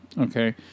Okay